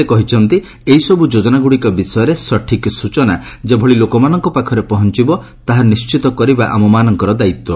ସେ କହିଛନ୍ତି ଏହି ସବୃ ଯୋଜନାଗ୍ରଡ଼ିକ ବିଷୟରେ ସଠିକ୍ ସୂଚନା ଯେଭଳି ଲୋକମାନଙ୍କ ପାଖରେ ପହଞ୍ଚିବ ତାହା ନିଶ୍ଚିତ କରିବା ଆମମାନଙ୍କର ଦାୟିତ୍ୱ